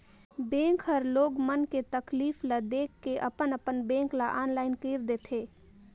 bank हर लोग मन के तकलीफ ल देख के अपन अपन बेंक ल आनलाईन कइर देथे